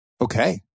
Okay